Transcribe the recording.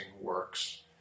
works